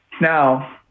Now